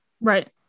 Right